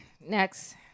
Next